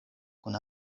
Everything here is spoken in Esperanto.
kun